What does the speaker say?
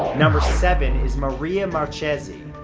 number seven is maria marchese.